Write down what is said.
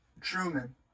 Truman